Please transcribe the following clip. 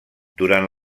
durant